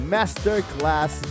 Masterclass